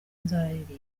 nzaririmba